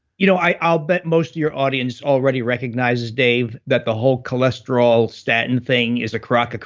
you know i'll bet most of your audience already recognizes dave, that the whole cholesterol-statin thing is a crock,